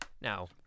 now